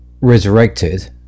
resurrected